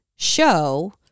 show